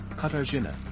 Katarzyna